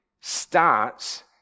starts